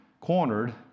cornered